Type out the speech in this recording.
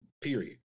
period